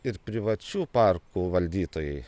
ir privačių parkų valdytojai